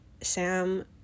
sam